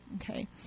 okay